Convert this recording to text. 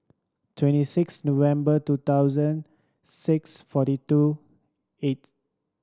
twenty six November two thousand six forty two eighth